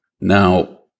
Now